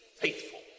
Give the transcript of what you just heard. faithful